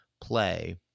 play